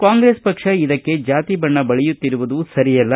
ಕಾಂಗ್ರೆಸ್ ಪಕ್ಷ ಇದಕ್ಕೆ ಜಾತಿ ಬಣ್ಣ ಬಳಿಯುವುದು ಸರಿಯಲ್ಲ